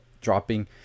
dropping